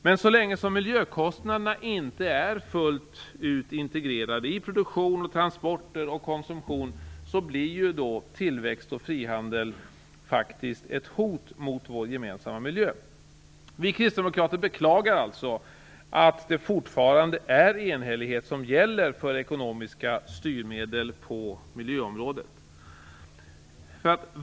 Men så länge som miljökostnaderna inte är fullt ut integrerade i produktion, transporter och konsumtion blir tillväxt och frihandel faktiskt ett hot mot vår gemensamma miljö. Vi kristdemokrater beklagar alltså att det fortfarande är enhällighet som gäller för ekonomiska styrmedel på miljöområdet.